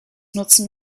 nutzen